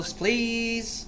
please